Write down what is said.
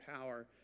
power